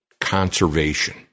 conservation